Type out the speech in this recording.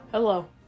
Hello